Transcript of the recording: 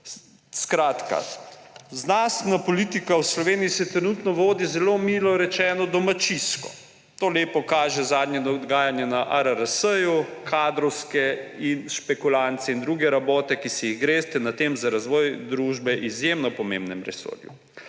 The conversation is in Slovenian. Skratka, znanstvena politika v Sloveniji se trenutno vodi zelo, milo rečeno, domačijsko. To lepo kaže zadnje dogajanje na ARRS, kadrovske špekulacije in druge rabote, ki se jih greste na tem, za razvoj družbe izjemno pomembnem resorju.